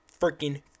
freaking